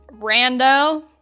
Rando